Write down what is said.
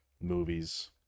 Movies